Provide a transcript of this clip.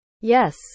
Yes